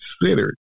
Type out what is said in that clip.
considered